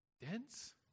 dense